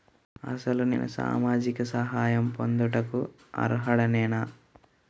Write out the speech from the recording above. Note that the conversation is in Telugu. అసలు నేను సామాజిక సహాయం పొందుటకు అర్హుడనేన?